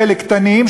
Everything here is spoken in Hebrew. כאלה קטנים,